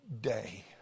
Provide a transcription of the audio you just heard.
day